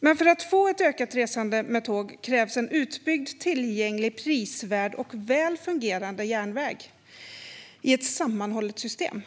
Men för att få ett ökat resande med tåg krävs en utbyggd, tillgänglig, prisvärd och väl fungerande järnväg i ett sammanhållet system.